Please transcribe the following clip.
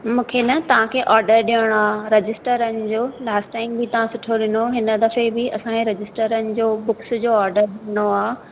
मूंखे न तव्हांखे ऑडर ॾियणो आहे रजिस्टरनि जो लास्ट टाइम बि तव्हां सुठो ॾिनो हुओ हिन दफ़े बि असांखे रजिस्टरनि जो बुक्स जो ऑडर ॾियणो आहे